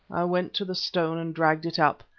went to the stone and dragged it up.